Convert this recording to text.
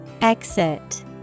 Exit